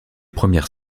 premières